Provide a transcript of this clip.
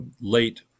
late